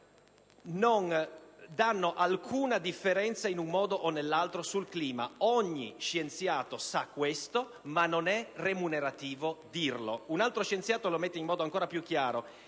non fanno alcuna differenza in un modo o nell'altro sul clima. Ogni scienziato lo sa, ma non è remunerativo dirlo». Un altro scienziato lo mette in luce in modo ancora più chiaro: